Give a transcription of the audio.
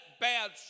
bad